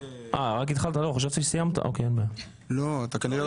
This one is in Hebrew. רק התחלתי.